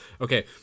Okay